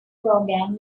program